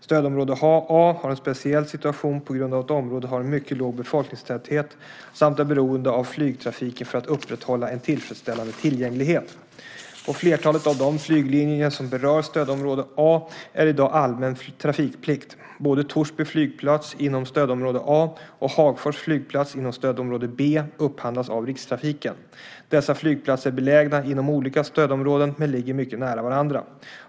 Stödområde A har en speciell situation på grund av att området har en mycket låg befolkningstäthet samt är beroende av flygtrafiken för att upprätthålla en tillfredsställande tillgänglighet. På flertalet av de flyglinjer som berör stödområde A är det i dag allmän trafikplikt. Både Torsby flygplats, inom stödområde A, och Hagfors flygplats, inom stödområde B, upphandlas av Rikstrafiken. Dessa flygplatser är belägna inom olika stödområden men ligger mycket nära varandra.